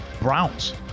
Browns